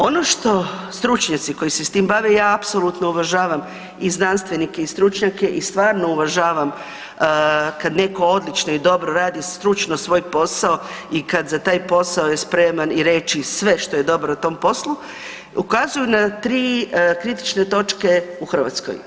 Ono što stručnjaci koji se s tim bave, ja apsolutno uvažavam i znanstvenike i stručnjake i stvarno uvažavam kad neko odlično i dobro radi stručno svoj posao i kad za taj posao je spreman i reći sve što je dobro o tom poslu, ukazuju na 3 kritične točke u Hrvatskoj.